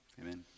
Amen